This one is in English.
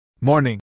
Morning